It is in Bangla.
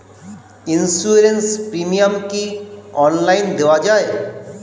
ইন্সুরেন্স প্রিমিয়াম কি অনলাইন দেওয়া যায়?